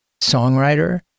songwriter